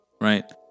Right